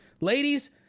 ladies